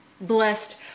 Blessed